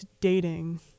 dating